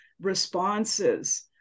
responses